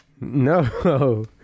No